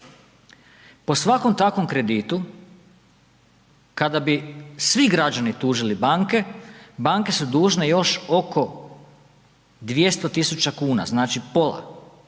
Po svakom takvom kreditu kada bi svi građani tužili banke, banke su dužne još oko 200.000 kuna, znači pola.